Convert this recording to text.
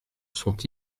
sont